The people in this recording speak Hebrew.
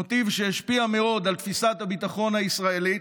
מוטיב שהשפיע מאוד על תפיסת הביטחון הישראלית.